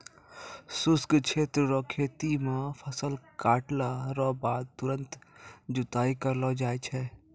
शुष्क क्षेत्र रो खेती मे फसल काटला रो बाद तुरंत जुताई करलो जाय छै